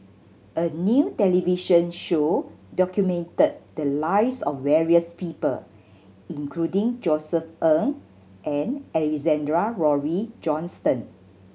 a new television show documented the lives of various people including Josef Ng and Alexander Laurie Johnston